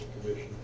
Commission